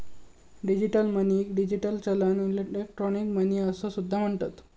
digital मनीक digital चलन, electronic money असो सुद्धा म्हणतत